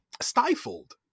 stifled